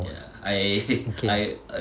okay